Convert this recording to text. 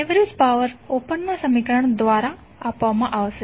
average power ઉપરના સમીકરણ દ્વારા આપવામાં આવશે